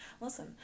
Listen